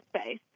space